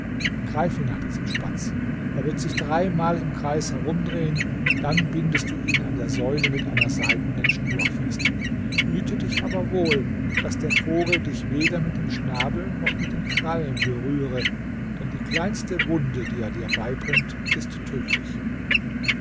greife nach diesem spatz er wird sich dreimal im kreis herumdrehen dann bindest du ihn an der säule mit einer seidenen schnur fest hüte dich aber wohl daß der vogel dich weder mit dem schnabel noch mit den krallen berühre denn die kleinste wunde die er dir beibringt ist tödlich